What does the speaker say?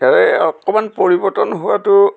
সেয়াৰে অকণমান পৰিৱৰ্তন হোৱাটো